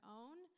own